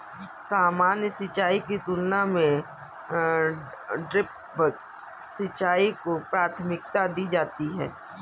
सामान्य सिंचाई की तुलना में ड्रिप सिंचाई को प्राथमिकता दी जाती है